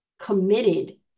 committed